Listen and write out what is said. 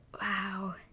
wow